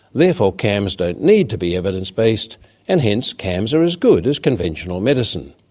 therefore cams don't need to be evidence-based and hence cams are as good as conventional medicine.